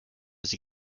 sie